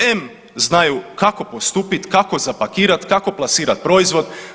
Em znaju kako postupit, kako zapakirat, kako plasirat proizvod.